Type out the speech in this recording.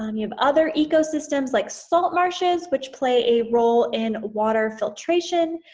um you've other ecosystems like salt marshes which play a role in water filtration.